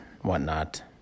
whatnot